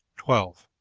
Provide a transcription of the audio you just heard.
twelve.